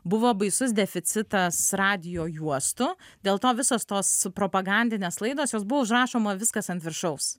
buvo baisus deficitas radijo juostų dėl to visos tos propagandinės laidos jos buvo užrašoma viskas ant viršaus